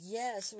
yes